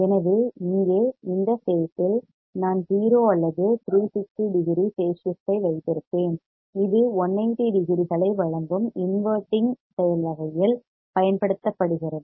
எனவே இங்கே இந்த பேஸ் இல் நான் 0 அல்லது 360 டிகிரி பேஸ் ஷிப்ட் ஐ வைத்திருப்பேன் இது 180 டிகிரிகளை வழங்கும் இன்வெர்ட்டிங் செயல் வகையில் பயன்படுத்தப்படுகிறது